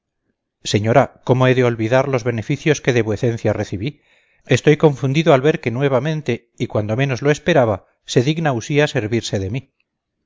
señora cómo he de olvidar los beneficios que de vuecencia recibí estoy confundido al ver que nuevamente y cuando menos lo esperaba se digna usía servirse de mí